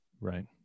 right